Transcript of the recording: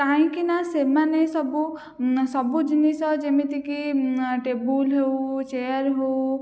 କାହିଁକିନା ସେମାନେ ସବୁ ସବୁ ଜିନିଷ ଯେମିତିକି ଟେବୁଲ୍ ହଉ ଚେୟାର୍ ହଉ